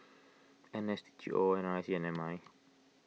N S G O N R I C and M I